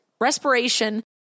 respiration